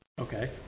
okay